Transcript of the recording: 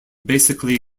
basically